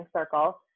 circle